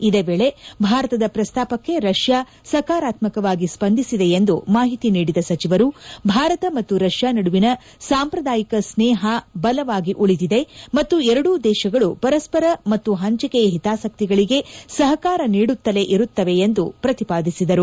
ಇದೇ ವೇಳೆ ಭಾರತದ ಪ್ರಸ್ತಾಪಕ್ಕೆ ರಷ್ಯಾ ಸಕಾರಾತ್ಮಕವಾಗಿ ಸ್ಪಂದಿಸಿದೆ ಎಂದು ಮಾಹಿತಿ ನೀಡಿದ ಸಚಿವರು ಭಾರತ ಮತ್ತು ರಷ್ಯಾ ನಡುವಿನ ಸಾಂಪ್ರದಾಯಿಕ ಸ್ತೇಹ ಬಲವಾಗಿ ಉಳಿದಿದೆ ಮತ್ತು ಎರಡೂ ದೇಶಗಳು ಪರಸ್ಪರ ಮತ್ತು ಹಂಚಿಕೆಯ ಹಿತಾಸಕ್ತಿಗಳಿಗೆ ಸಹಕಾರ ನೀಡುತ್ತಲೇ ಇರುತ್ತವೆ ಎಂದು ಅವರು ಪ್ರತಿಪಾದಿಸಿದರು